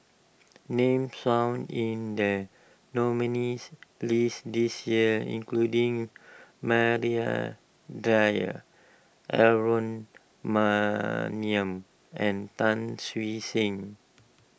names found in the nominees' list this year including Maria Dyer Aaron Maniam and Tan Siew Sin